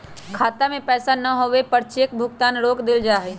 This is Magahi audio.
खाता में पैसा न होवे पर चेक भुगतान रोक देयल जा हई